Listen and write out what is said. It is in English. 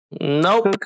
Nope